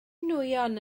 nwyon